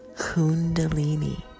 kundalini